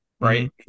right